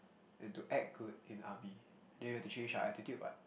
and to act good in army then we have to change our attitude [what]